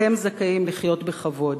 אתם זכאים לחיות בכבוד,